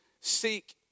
seek